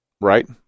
Right